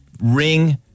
ring